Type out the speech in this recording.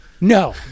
No